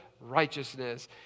righteousness